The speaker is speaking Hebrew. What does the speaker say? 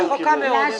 אני רחוקה מאוד.